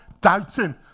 doubting